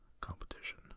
competition